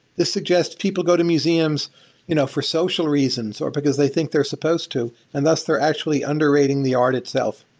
this suggests people go to museums you know for social reasons, or because they think they're supposed to and, thus, they're actually underrating the art itself.